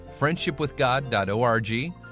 friendshipwithgod.org